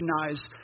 recognize